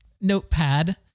notepad